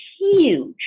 huge